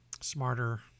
smarter